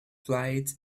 flight